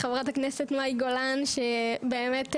לחברת הכנסת מאי גולן שבאמת מדהימה,